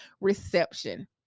reception